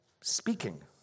speaking